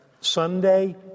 sunday